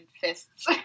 fists